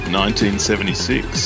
1976